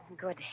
Good